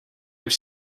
have